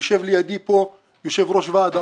יושב לידי כאן יושב-ראש ועד העובדים.